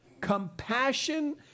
compassion